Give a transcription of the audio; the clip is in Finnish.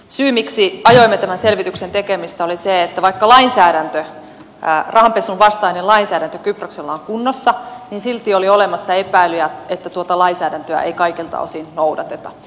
syy miksi ajoimme tämän selvityksen tekemistä oli se että vaikka lainsäädäntö rahanpesun vastainen lainsäädäntö kyproksella on kunnossa niin silti oli olemassa epäilyjä että tuota lainsäädäntöä ei kaikilta osin noudateta